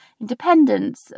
independence